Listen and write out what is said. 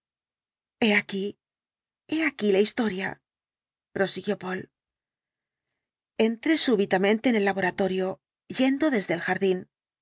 he aquí he aquí la historia prosiguió poole entré súbitamente en el laboratorio yendo desde el jardín